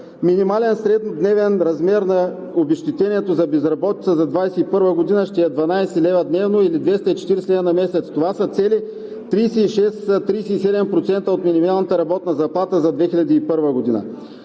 Минимален среднодневен размер на обезщетението за безработица за 2021 г. ще е 12 лв. дневно или 240 лв. на месец. Това са цели 36 – 37% от минималната работна заплата за 2021 г.